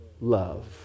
love